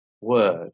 word